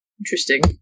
Interesting